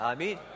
Amen